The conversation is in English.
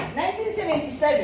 1977